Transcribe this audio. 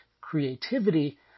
creativity